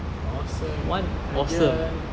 awesome err year